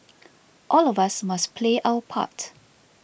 all of us must play our part